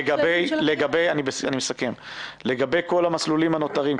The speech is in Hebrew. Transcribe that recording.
לגבי כל המסלולים הנותרים,